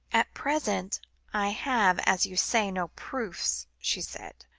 at present i have, as you say, no proofs, she said.